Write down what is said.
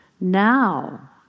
Now